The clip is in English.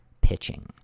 pitching